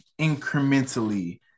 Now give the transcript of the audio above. incrementally